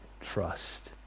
trust